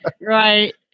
Right